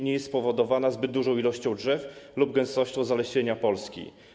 Nie jest spowodowana zbyt dużą ilością drzew lub gęstością zalesienia Polski.